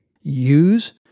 Use